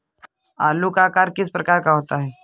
आलू का आकार किस प्रकार का होता है?